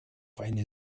eine